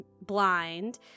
blind